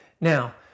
Now